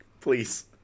Please